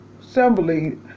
assembly